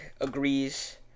agrees